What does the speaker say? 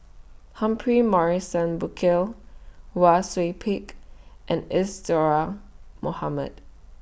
Humphrey Morrison Burkill Wang Sui Pick and Isadhora Mohamed